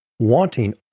Wanting